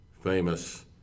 famous